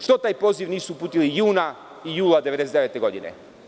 Što taj poziv nisu uputili juna i jula 1999. godine?